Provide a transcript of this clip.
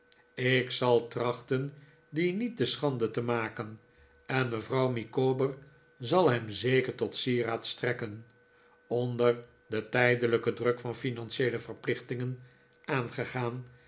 ik zal trachten dien niet te schande te maken en mevrouw micawber zal hem zeker tot sieraad strekken onder den tijdelijken druk van financieele verplichtingen aangegaan